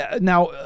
now